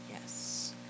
Yes